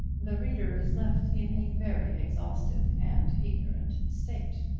the reader is left in a very exhausted and ignorant state.